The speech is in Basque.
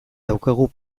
daukagu